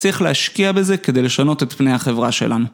צריך להשקיע בזה כדי לשנות את פני החברה שלנו.